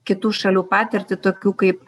kitų šalių patirtį tokių kaip